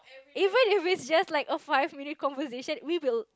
if we if we just like a five minutes conversation we will